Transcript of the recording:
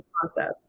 concept